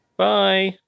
bye